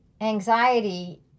anxiety